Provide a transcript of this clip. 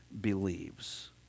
believes